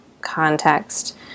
context